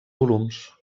volums